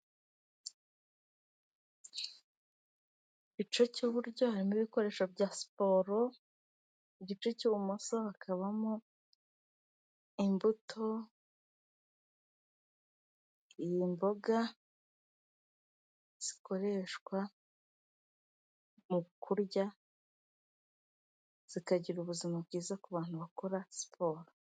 Igice cy'iburyo harimo ibikoresho bya siporo, igice cy'ibumoso hakabamo imbuto, imboga zikoreshwa mu kurya, zikagira ubuzima bwiza ku bantu bakora siporo.